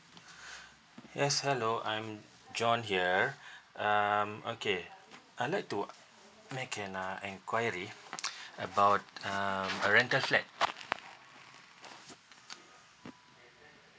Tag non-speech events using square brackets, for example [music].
yes hello I'm john here um okay I like to make an uh enquiry [breath] about um a rental flat